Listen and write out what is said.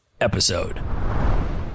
episode